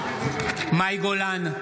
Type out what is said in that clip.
מאי גולן,